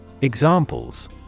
Examples